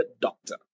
Doctor